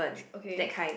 okay